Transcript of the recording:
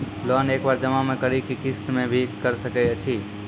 Loan एक बार जमा म करि कि किस्त मे भी करऽ सके छि?